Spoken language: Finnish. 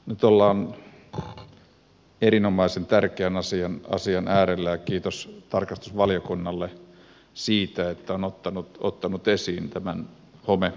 nyt ollaan erinomaisen tärkeän asian äärellä ja kiitos tarkastusvaliokunnalle siitä että on ottanut esiin tämän hometalokysymyksen